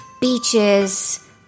beaches